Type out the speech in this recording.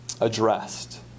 addressed